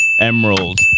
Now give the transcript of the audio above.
emerald